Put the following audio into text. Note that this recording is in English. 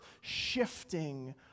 shifting